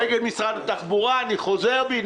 נגד משרד התחבורה אני חוזר בי.